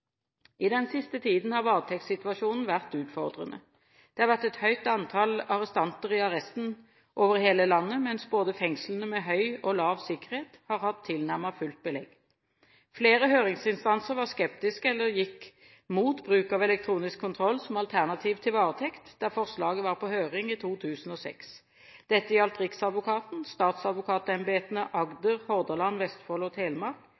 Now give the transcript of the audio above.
I den siste tiden har varetektssituasjonen vært utfordrende. Det har vært et høyt antall arrestanter i arresten over hele landet, mens både fengslene med høy og lav sikkerhet har hatt tilnærmet fullt belegg. Flere høringsinstanser var skeptiske eller gikk mot bruk av elektronisk kontroll som alternativ til varetekt da forslaget var på høring i 2006. Dette gjaldt Riksadvokaten, statsadvokatembetene Agder, Hordaland, Vestfold og Telemark,